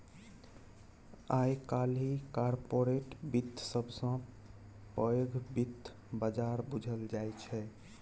आइ काल्हि कारपोरेट बित्त सबसँ पैघ बित्त बजार बुझल जाइ छै